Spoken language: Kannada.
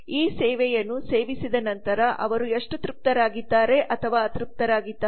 ಈಸೇವೆಯನ್ನುಸೇವಿಸಿದ ನಂತರ ಅವರು ಎಷ್ಟು ತೃಪ್ತರಾಗಿದ್ದಾರೆ ಅಥವಾ ಅತೃಪ್ತರಾಗಿದ್ದಾರೆ